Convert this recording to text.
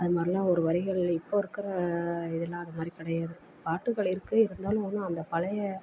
அது மாதிரிலாம் ஒரு வரிகள் இப்போ இருக்கிற இதலாம் அது மாதிரி கிடையாது பாட்டுகள் இருக்குது இருந்தாலும் ஒன்றும் அந்த பழைய